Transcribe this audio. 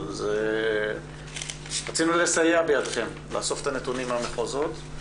אז רצינו לסייע בידיכם לאסוף את הנתונים מהמחוזות.